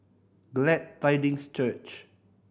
Glad Tidings Church